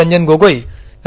रंजन गोगोई न्या